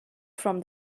from